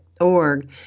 org